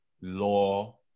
law